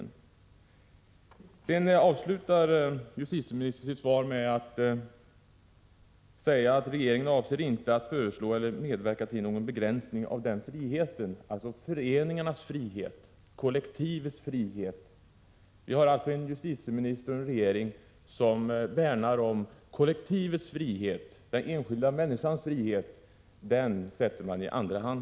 Justitieministern avslutar sitt svar med att säga att regeringen inte avser att föreslå eller medverka till någon begränsning av föreningarnas frihet. Vi har alltså en justitieminister och en regering som värnar om kollektivets frihet. Den enskilda människans frihet, den sätter man i andra hand.